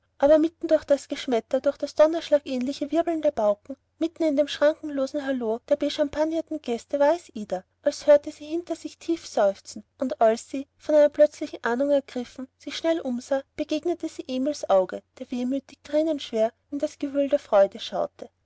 aber mitten durch das geschmetter durch das donnerschlagähnliche wirbeln der pauken mitten in dem schrankenlosen hallo der bechampagnerten gäste war es ida als hörte sie hinter sich tief seufzen und als sie von einer plötzlichen ahnung ergriffen sich schnell umsah begegnete sie emils auge der wehmütig tränenschwer in das gewühl der freude schaute